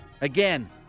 Again